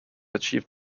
achieve